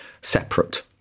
separate